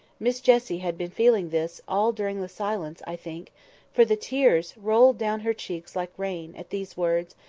miss jessie had been feeling this all during the silence, i think for the tears rolled down her cheeks like rain, at these words,